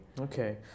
Okay